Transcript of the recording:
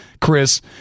Chris